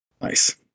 Nice